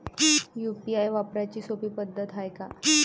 UPI वापराची सोपी पद्धत हाय का?